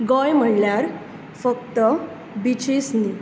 गोंय म्हणल्यार फक्त बिचीस न्ही